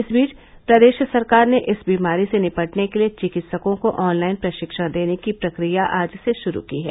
इस बीच प्रदेश सरकार ने इस बीमारी से निपटने के लिये चिकित्सकों को ऑनलाइन प्रशिक्षण देने की प्रक्रिया आज से शुरू की है